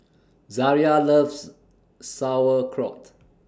Zaria loves Sauerkraut